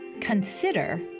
Consider